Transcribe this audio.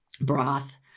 broth